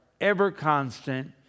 ever-constant